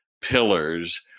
pillars